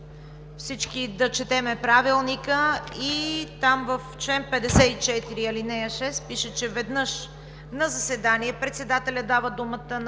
всички да четем Правилника. Там в чл. 54, ал. 6 пише, че: „Веднъж на заседание председателят дава думата на